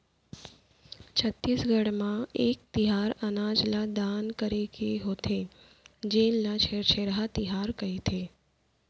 छत्तीसगढ़ म एक तिहार अनाज ल दान करे के होथे जेन ल छेरछेरा तिहार कहिथे